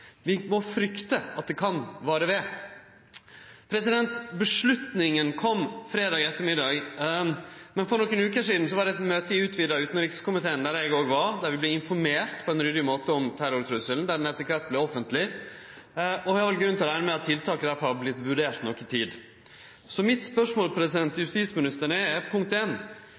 Vi må frykte at det kan vare ved. Avgjerda kom fredag ettermiddag, men for nokre veker sidan var det eit møte i den utvida utanrikskomiteen der, eg òg var, der vi vart informerte på ein ryddig måte om terrortrusselen, som etter kvart vart offentleg, og vi har vel grunn til å rekne med at tiltaka derfrå har vorte vurderte i noka tid. Så mitt spørsmål til justisministeren er: